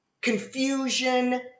confusion